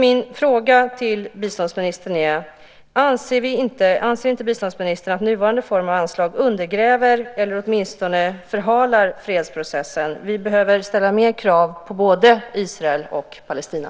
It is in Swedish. Min fråga till biståndsministern är: Anser inte biståndsministern att nuvarande form av anslag undergräver eller åtminstone förhalar fredsprocessen? Vi behöver ställa mer krav på både Israel och Palestina.